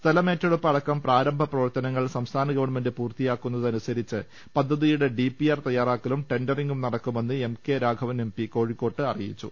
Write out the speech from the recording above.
സ്ഥലമേറ്റെടുപ്പ് അടക്കം പ്രാരംഭ പ്രവർത്തനങ്ങൾ സംസ്ഥാന ഗവൺമെൻറ് പൂർത്തിയാക്കുന്നത് അനുസരിച്ച് പദ്ധതിയുടെ ഡിപിആർ തയ്യാറാക്കലും ടെൻഡറിംഗും നടക്കുമെന്ന് എംകെ രാഘവൻ എംപി കോഴിക്കോട്ട് അറിയിച്ചു